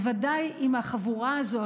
בוודאי עם החבורה הזאת,